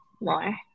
more